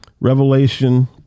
Revelation